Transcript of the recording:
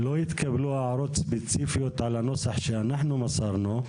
לא התקבלו הערות ספציפיות על הנוסח שאנחנו מסרנו,